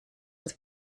with